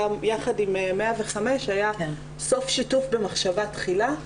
יחד עם 105 היה סוף שיתוף במחשבה תחילה.